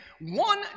One